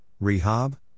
Rehab